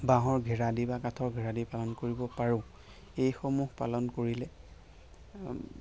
বাঁহৰ ঘেৰা দি বা কাঠৰ ঘেৰা দি পালন কৰিব পাৰো এইসমূহ পালন কৰিলে